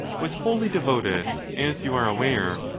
was wholly devoted, as you are aware,